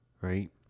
Right